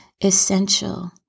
essential